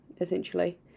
essentially